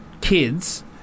kids